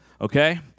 okay